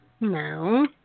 No